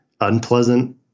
unpleasant